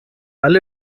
alle